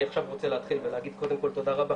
אני עכשיו רוצה להתחיל ולהגיד קודם כל תודה רבה